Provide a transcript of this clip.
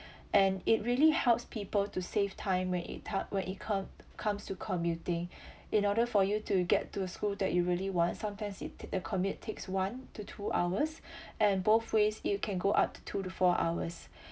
and it really helps people to save time when it tar~ when it com~ comes to commuting in order for you to get to a school that you really want sometimes it the commute takes one to two hours and both ways you can go up to two to four hours